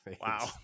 wow